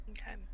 Okay